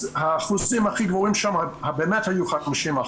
האחוזים הכי גבוהים היו באמת 50%,